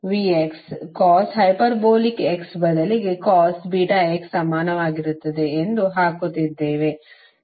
V cos hyperbolic x ಬದಲಿಗೆ ಸಮಾನವಾಗಿರುತ್ತದೆ ಎಂದು ಹಾಕುತ್ತಿದ್ದೇವೆ